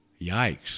Yikes